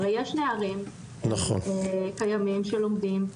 הרי יש נערים קיימים שלומדים,